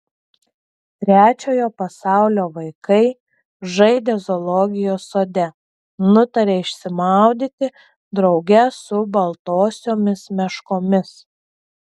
trečiojo pasaulio vaikai žaidę zoologijos sode nutarė išsimaudyti drauge su baltosiomis meškomis